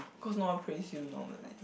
because no one press you normally